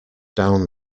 down